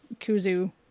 kuzu